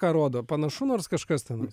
ką rodo panašu nors kažkas tenais